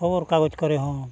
ᱠᱷᱚᱵᱚᱨ ᱠᱟᱜᱚᱡᱽ ᱠᱚᱨᱮ ᱦᱚᱸ